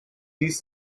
these